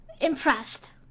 impressed